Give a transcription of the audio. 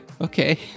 okay